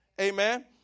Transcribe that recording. amen